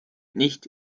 nicht